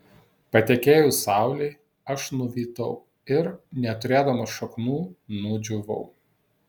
patekėjus saulei aš nuvytau ir neturėdamas šaknų nudžiūvau